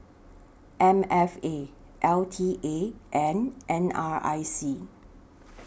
M F A L T A and N R I C